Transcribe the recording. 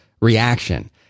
reaction